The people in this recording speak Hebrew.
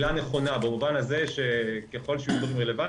מילה נכונה במובן הזה שככל שיהיו נתונים רלוונטיים,